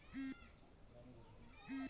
लकड़ी उत्पादन गाछेर ठाल आर तना स बनछेक